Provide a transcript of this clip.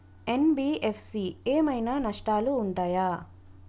NBFC ఏమైనా నష్టాలు ఉంటయా?